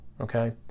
okay